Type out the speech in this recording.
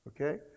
Okay